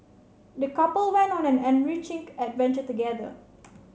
the couple went on an enriching adventure together